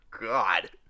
god